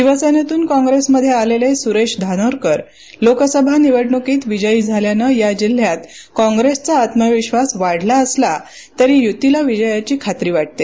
शिवसेनेतून कॉंग्रेस मध्ये आलेले सुरेश धानोरकर लोकसभा निवणुकीत विजयी झाल्यानं या जिल्ह्यात कॉप्रेसचा आत्मविक्षास वाढला असला तरी युतीला विजयाची खातरी वाटते